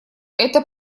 это